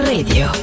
Radio